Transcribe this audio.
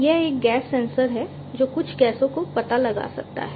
यह एक gas sensor है जो कुछ गैसों का पता लगा सकता है